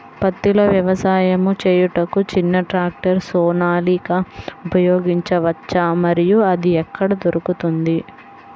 పత్తిలో వ్యవసాయము చేయుటకు చిన్న ట్రాక్టర్ సోనాలిక ఉపయోగించవచ్చా మరియు అది ఎక్కడ దొరుకుతుంది?